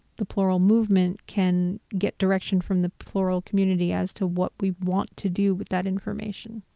the plural movement can get direction from the plural community as to what we want to do with that information.